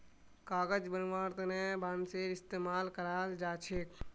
कागज बनव्वार तने बांसेर इस्तमाल कराल जा छेक